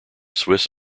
swiss